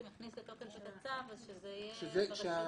כי גם המדינה רוצה שתהיה רגולציה,